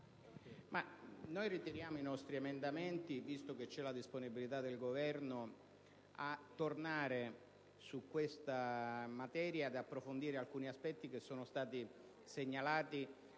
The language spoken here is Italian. Signora Presidente, visto che c'è la disponibilità del Governo a tornare su questa materia e ad approfondire alcuni aspetti che sono stati segnalati